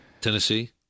Tennessee